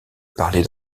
parlée